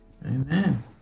Amen